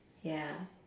ya